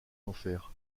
enfer